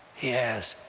he asked.